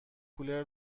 کولر